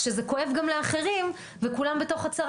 כשזה כואב גם לאחרים וכולם בתוך הצרה